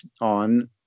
on